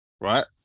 right